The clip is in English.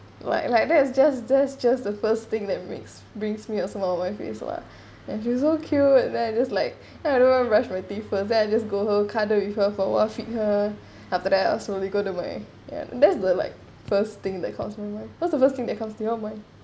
like like there's just this just the first thing that makes brings me a smile on my face lah and she's so cute then I just like every~ I rush to brush my teeth first the I just go and cuddle with her for awhile feed her after that slowly go do my ya that's like first thing that comes from what's the first thing that comes to your mind